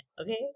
okay